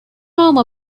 home